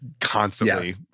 constantly